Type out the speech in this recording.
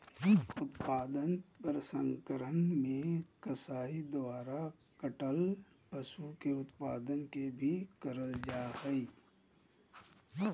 उत्पाद प्रसंस्करण मे कसाई द्वारा काटल पशु के उत्पाद के भी करल जा हई